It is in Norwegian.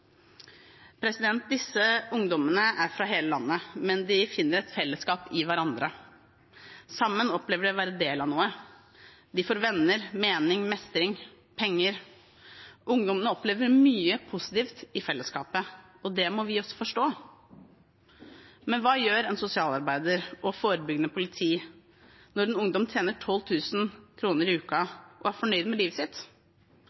Disse ungdommene er fra hele landet, men de finner et fellesskap i hverandre. Sammen opplever de å være en del av noe. De får venner, mening, mestring, penger. Ungdommene opplever mye positivt i fellesskapet, og det må vi også forstå. Men hva gjør en sosialarbeider og forebyggende politi når en ungdom tjener 12 000 kr i